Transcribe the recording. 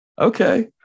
Okay